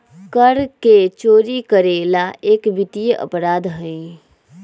कर के चोरी करे ला एक वित्तीय अपराध हई